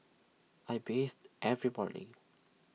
I bathe every morning